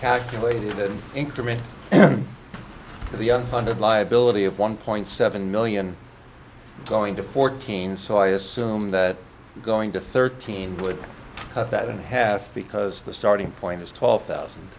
calculated increment to the un funded liability of one point seven million going to fourteen so i assume that going to thirteen would cut that in half because the starting point is twelve thousand